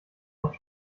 auf